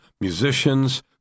musicians